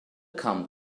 come